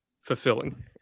fulfilling